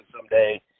someday